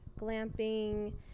Glamping